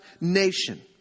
nation